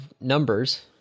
numbers